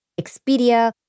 Expedia